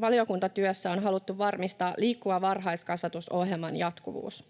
valiokuntatyössä on haluttu varmistaa Liikkuva varhaiskasvatus ‑ohjelman jatkuvuus.